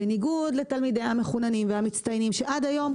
בניגוד לתלמידים המחוננים והמצטיינים שעד היום,